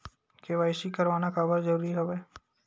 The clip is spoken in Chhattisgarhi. के.वाई.सी करवाना काबर जरूरी हवय?